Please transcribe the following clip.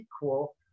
equal